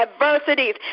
Adversities